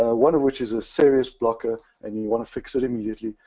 ah one of which is a serious blocker. and you want to fix it immediately,